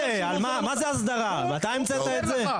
אתה מפריע לי, ואתה לא עוזר לאף אחד.